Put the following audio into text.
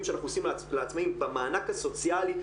שאנחנו עושים לעצמאים במענק הסוציאלי,